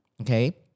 okay